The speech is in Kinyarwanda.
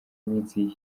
minsi